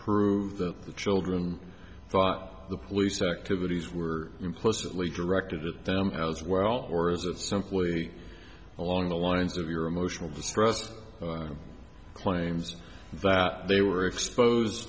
prove that the children the police activities were implicitly directed at them as well or is it simply along the lines of your emotional stressed claims that they were exposed